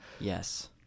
Yes